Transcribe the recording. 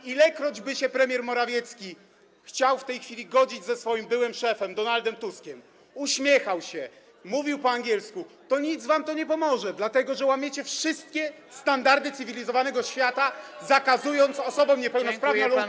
I ilekroć by się premier Morawiecki chciał w tej chwili godzić ze swoim byłym szefem Donaldem Tuskiem, uśmiechał się, mówił po angielsku, to nic wam to nie pomoże, dlatego że łamiecie wszystkie standardy cywilizowanego świata, zakazując osobom niepełnosprawnym głosowania.